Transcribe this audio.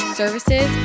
services